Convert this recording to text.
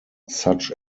such